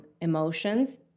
emotions